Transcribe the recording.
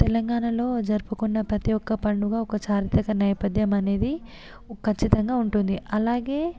తెలంగాణలో జరుపుకున్న ప్రతి ఒక్క పండుగ ఒక చారిత్రిక నేపథ్యం అనేది ఖచ్చితంగా ఉంటుంది అలాగే